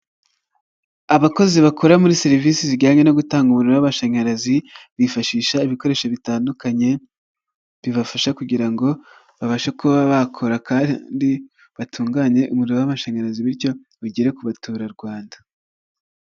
Abakozi bakora muri serivisi zijyanye no gutanga umuriro w'amashanyarazi, bifashisha ibikoresho bitandukanye bibafasha kugira ngo babashe kuba bakora kandi batunganye umuriro w'amashanyarazi, bityo bigere ku baturarwanda.